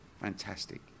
fantastic